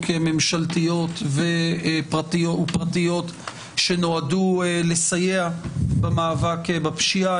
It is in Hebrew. ממשלתיות ופרטיות שנועדו לסייע במאבק בפשיעה.